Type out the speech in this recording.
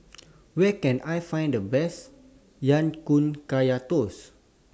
Where Can I Find The Best Ya Kun Kaya Toast